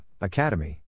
academy